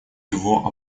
его